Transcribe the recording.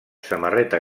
samarreta